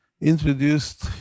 introduced